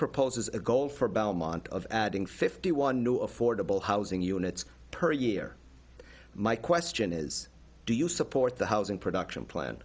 proposes a goal for about a month of adding fifty one new affordable housing units per year my question is do you support the housing production plan